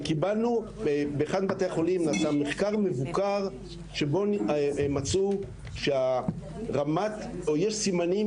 באחד מבתי החולים נעשה מחקר מבוקר שבו מצאו שיש סימנים